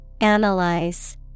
Analyze